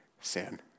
sin